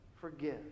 forgive